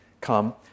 come